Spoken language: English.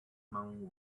man